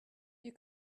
you